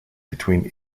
between